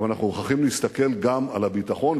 אבל אנחנו מוכרחים להסתכל גם על הביטחון,